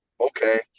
okay